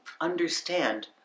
understand